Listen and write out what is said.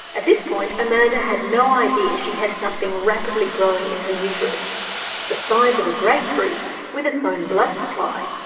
at this point amanda had no idea she had something rapidly growing in her uterus the size of a grapefruit with its own blood supply.